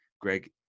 Greg